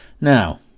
Now